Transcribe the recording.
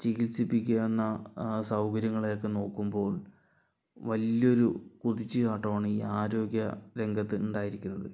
ചികിത്സിപ്പിക്കാവുന്ന സൗകര്യങ്ങളൊയൊക്കെ നോക്കുമ്പോൾ വലിയൊരു കുതിച്ചു ചാട്ടമാണ് ഈ ആരോഗ്യ രംഗത്ത് ഉണ്ടായിരിക്കുന്നത്